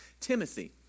Timothy